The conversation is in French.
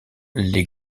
les